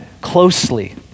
closely